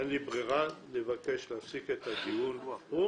אין לי ברירה, אלא לבקש להפסיק את הדיון פה.